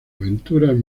aventuras